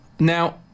Now